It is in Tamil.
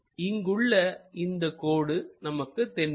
இங்குள்ள இந்த கோடு நமக்கு தென்படும்